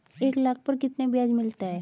एक लाख पर कितना ब्याज मिलता है?